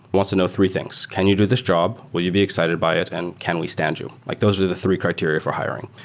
wants to know three things. can you do this job? job? will you be excited by it, and can we stand you? like those were the three criteria for hiring.